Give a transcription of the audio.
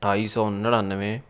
ਅਠਾਈ ਸੌ ਨੜਿਨਵੇਂ